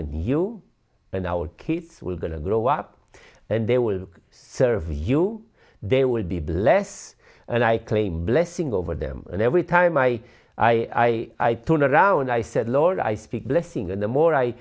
in you and our kids we're going to grow up and they will serve you they will be bless and i claim blessing over them and every time i i i turn around i said lord i speak blessing and the more i